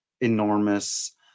enormous